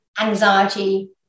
anxiety